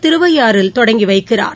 திருவையாறில் தொடங்கி வைக்கிறார்